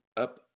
up